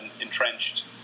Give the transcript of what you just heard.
entrenched